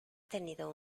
tenido